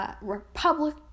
republic